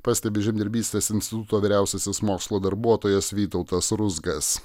pastebi žemdirbystės instituto vyriausiasis mokslo darbuotojas vytautas ruzgas